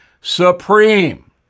Supreme